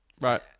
right